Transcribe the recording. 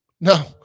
No